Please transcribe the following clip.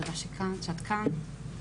תודה שאת כאן.